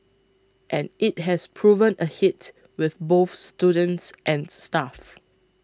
and it has proven a hit with both students and staff